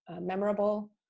memorable